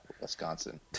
Wisconsin